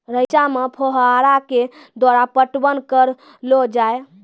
रचा मे फोहारा के द्वारा पटवन करऽ लो जाय?